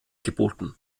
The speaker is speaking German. geboten